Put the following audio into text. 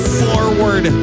forward